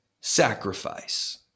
sacrifice